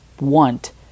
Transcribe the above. want